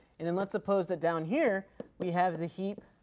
and then let's suppose that down here we have the heat